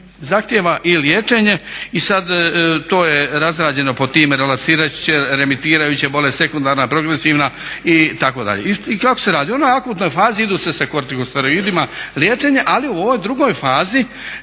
zahtijeva i liječenje i sad to razrađeno po tim … bolest, sekundarna, progresivna itd. I kako se radi, u onoj akutnoj fazi ide sa kortikosteroidima liječenje, ali u ovoj drugoj fazi